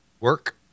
Work